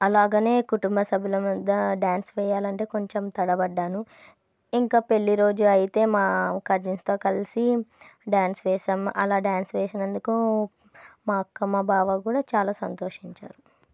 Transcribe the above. అలాగనే కుటుంబ సభ్యుల ముందు డ్యాన్స్ వేయాలంటే కొంచెం తడబడ్డాను ఇంకా పెళ్లి రోజు అయితే మా కజిన్స్తో కలిసి డ్యాన్స్ వేశాము అలా డ్యాన్స్ వేసినందుకు మా అక్క మా బావ కూడా చాలా సంతోషించారు